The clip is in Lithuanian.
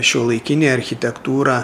šiuolaikinė architektūra